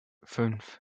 fünf